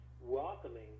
welcoming